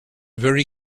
very